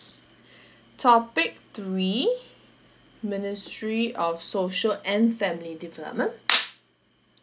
topic three ministry of social and family development